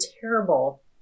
terrible